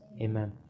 Amen